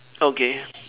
okay